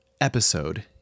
episode